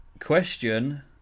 Question